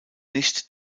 nicht